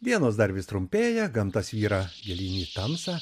dienos dar vis trumpėja gamta svyra gilyn į tamsą